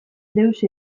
deus